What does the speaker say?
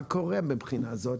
מה קורה מהבחינה הזאת,